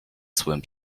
słowem